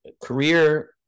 career